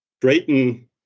Drayton